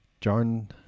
John